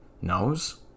knows